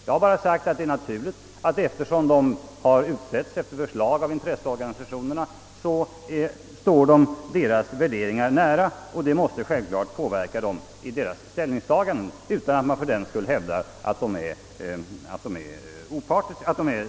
Jag har bara sagt att det är naturligt, eftersom de har utsetts efter förslag av intresseorganisationerna, att de står dessa organisationers värderingar nära och att det självfallet måste påverka dem i deras ställningstaganden, utan att jag därför hävdar att de är partiska.